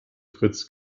fritz